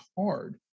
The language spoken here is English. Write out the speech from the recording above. hard